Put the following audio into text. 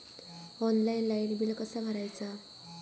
Online light bill कसा भरायचा?